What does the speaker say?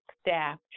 staff